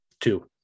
Two